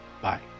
Bye